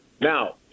Now